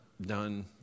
done